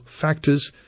factors